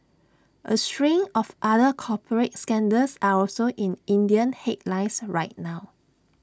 A string of other corporate scandals are also in Indian headlines right now